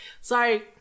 sorry